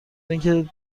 اینکه